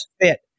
fit